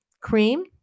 cream